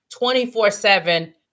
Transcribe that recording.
24-7